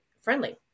friendly